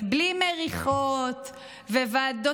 בלי מריחות וועדות רפואיות,